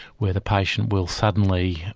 where the patient will suddenly,